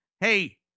Hey